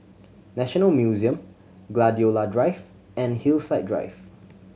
National Museum Gladiola Drive and Hillside Drive